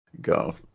go